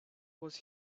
was